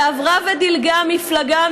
ועברה ודילגה מפלגה,